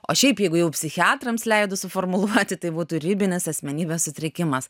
o šiaip jeigu jau psichiatrams leidus suformuluoti tai būtų ribinis asmenybės sutrikimas